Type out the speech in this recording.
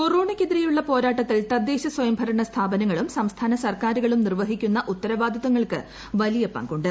കൊറോണയ്ക്കെതിരെയുള്ള പോരാട്ടത്തിൽ തദ്ദേശസ്വയംഭരണ സ്ഥാപനങ്ങളും സംസ്ഥാന സർക്കാരുകളും നിർവ്വഹിക്കുന്ന ഉത്തരവാദിത്വങ്ങൾക്ക് വലിയ പങ്കുണ്ട്